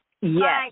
Yes